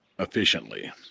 efficiently